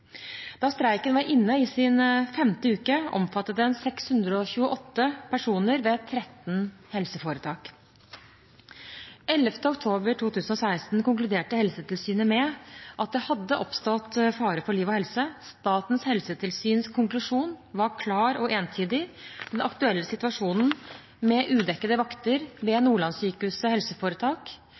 Da streiken var inne i sin femte uke, omfattet den 628 personer ved 13 helseforetak. Den 11. oktober 2016 konkluderte Helsetilsynet med at det hadde oppstått fare for liv og helse. Statens helsetilsyns konklusjon var klar og entydig. Den aktuelle situasjonen med udekkede vakter ved